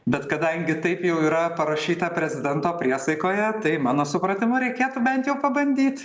bet kadangi taip jau yra parašyta prezidento priesaikoje tai mano supratimu reikėtų bent jau pabandyt